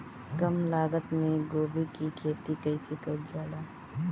कम लागत मे गोभी की खेती कइसे कइल जाला?